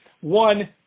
one